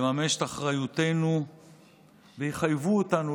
לממש את אחריותנו ושיחייבו אותנו,